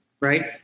right